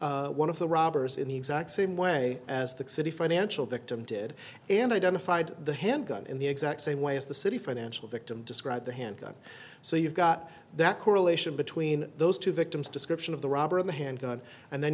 described one of the robbers in the exact same way as the city financial victim did and identified the handgun in the exact same way as the city financial victim described the handgun so you've got that correlation between those two victims description of the robber and the handgun and then